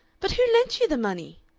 but who lent you the money?